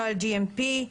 נוהל GMP,